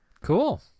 Cool